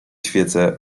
świecę